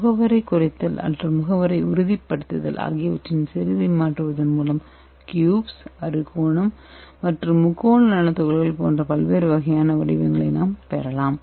reducing agent மற்றும் stabilising ஏஜெண்டின் செறிவை மாற்றுவதன் மூலம் க்யூப்ஸ் அறுகோணம் மற்றும் முக்கோண நானோ துகள்கள் போன்ற பல்வேறு வகையான வடிவங்களைப் பெறலாம்